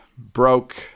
broke